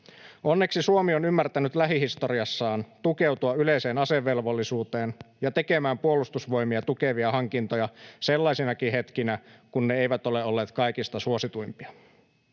Onneksi Suomi on ymmärtänyt lähihistoriassaan tukeutua yleiseen asevelvollisuuteen ja tekemään Puolustusvoimia tukevia hankintoja sellaisinakin hetkinä, kun ne eivät ole olleet kaikista suosituimpia.